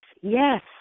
yes